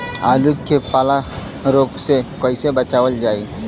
आलू के पाला रोग से कईसे बचावल जाई?